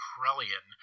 Krellian